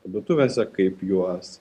parduotuvėse kaip juos